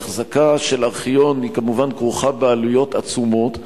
אחזקה של ארכיון כרוכה, כמובן, בעלויות עצומות.